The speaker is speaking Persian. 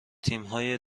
تیمهای